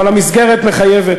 אבל המסגרת מחייבת,